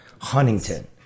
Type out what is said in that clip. Huntington